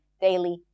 daily